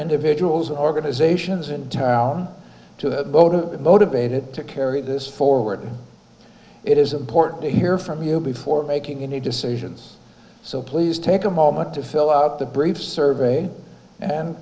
individuals and organizations in town to motivate motivated to carry this forward it is important to hear from you before making any decisions so please take a moment to fill out the brief survey and